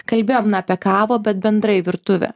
kalbėjom apie kavą bet bendrai virtuvę